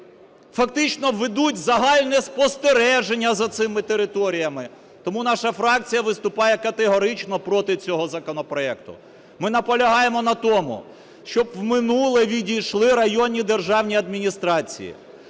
фактично ведуть загальне спостереження за цими територіями. Тому наша фракція виступає категорично проти цього законопроекту. Ми наполягаємо на тому, щоб у минуле відійшли районні державні адміністрації.